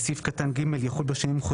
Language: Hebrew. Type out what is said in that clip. וסעיף קטן (ג) יחול בשינויים המחויבים.